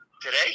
Today